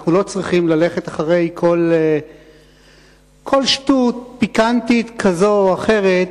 אנחנו לא צריכים ללכת אחרי כל שטות פיקנטית כזאת או אחרת.